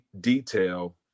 detail